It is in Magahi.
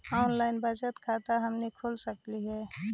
ऑनलाइन बचत खाता हमनी खोल सकली हे?